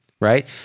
Right